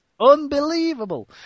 unbelievable